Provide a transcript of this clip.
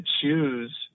choose